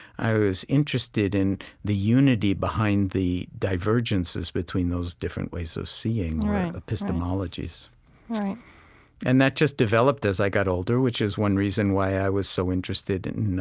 i was interested in the unity behind the divergences between those different ways of seeing epistemologies right and that just developed as i got older, which is one reason why i was so interested in